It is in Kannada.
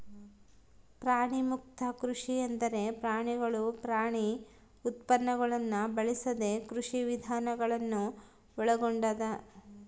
ಪ್ರಾಣಿಮುಕ್ತ ಕೃಷಿ ಎಂದರೆ ಪ್ರಾಣಿಗಳು ಪ್ರಾಣಿ ಉತ್ಪನ್ನಗುಳ್ನ ಬಳಸದ ಕೃಷಿವಿಧಾನ ಗಳನ್ನು ಒಳಗೊಂಡದ